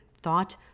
thought